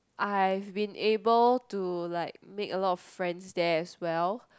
I've been able to like make a lot of friends there as well